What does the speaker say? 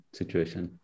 situation